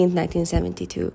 1972